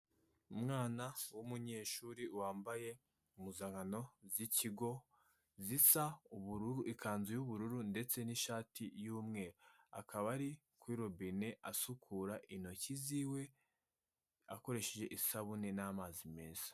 Umwana w'umunyeshuri wambaye impuzankano z'ikigo zisa ubururu, ikanzu y'ubururu ndetse n'ishati y'umweru, akaba ari kuri robine asukura intoki ziwe akoresheje isabune n'amazi meza.